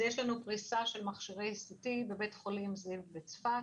יש לנו פריסה של מכשירים בבית חולים זיו בצפת,